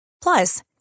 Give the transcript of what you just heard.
Plus